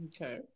Okay